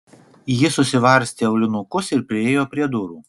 ji susivarstė aulinukus ir priėjo prie durų